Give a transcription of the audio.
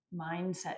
mindset